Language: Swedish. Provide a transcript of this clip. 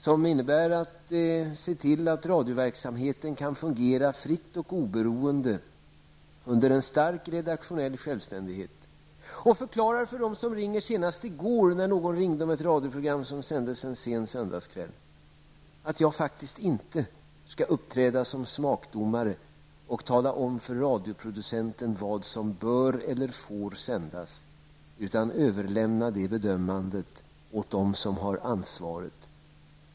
Den innebär att jag skall se till att radioverksamheten kan fungera fritt och oberoende under en stark redaktionell självständighet. Senast i går -- när någon ringde om ett radioprogram som sändes en sen söndagkväll -- förklarade jag att jag faktiskt inte skall uppträda som smakdomare och tala om för radioproducenten vad som bör eller får sändas. Jag överlämnar det bedömandet åt dem som har ansvaret.